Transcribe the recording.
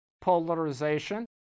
polarization